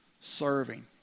serving